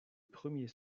premiers